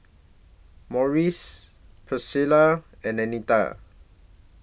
Morris Pricilla and Anita